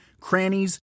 crannies